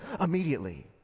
immediately